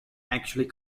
actually